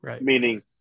Meaning